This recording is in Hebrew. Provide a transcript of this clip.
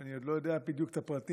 אני עוד לא יודע בדיוק את הפרטים,